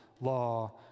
law